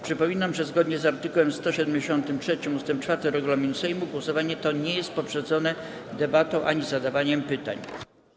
Przypominam, że zgodnie z art. 173 ust. 4 regulaminu Sejmu głosowanie to nie jest poprzedzone debatą ani zadawaniem pytań.